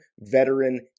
veteran